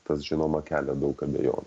tas žinoma kelia daug abejon